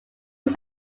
was